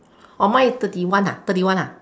oh mine is thirty one ah thirty one ah